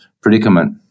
predicament